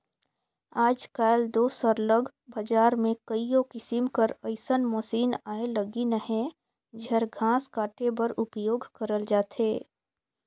आएज काएल दो सरलग बजार में कइयो किसिम कर अइसन मसीन आए लगिन अहें जेहर घांस काटे बर उपियोग करल जाथे